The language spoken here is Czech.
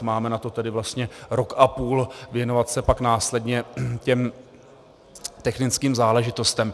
Máme tedy vlastně rok a půl na to věnovat se pak následně těm technickým náležitostem.